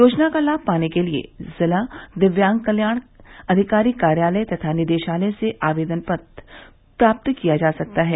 योजना का लाभ पाने के लिए जिला दिव्यांग कल्याण अधिकारी कार्यालय तथा निदेशालय से आवेदन पत्र प्राप्त किया जा सकता है